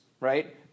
right